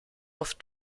off